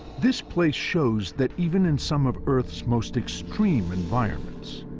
this place shows that, even in some of earth's most extreme environments,